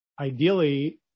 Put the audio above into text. Ideally